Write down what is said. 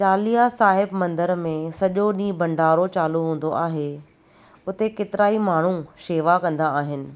चालीहा साहिब मंदर में सॼो ॾींहुं भंडारो चालू हूंदो आहे उते केतिरा ई माण्हू शेवा कंदा आहिनि